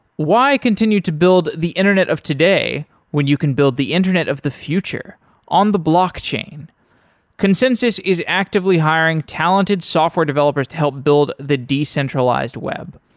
why continue to build the internet of today when you can build the internet of the future on the blockchain? consensys is actively hiring talented software developers to help build the decentralized web.